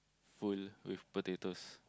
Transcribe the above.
full with potatoes